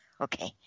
okay